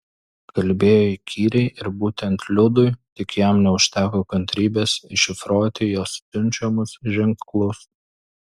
kalbėjo įkyriai ir būtent liudui tik jam neužteko kantrybės iššifruoti jos siunčiamus ženklus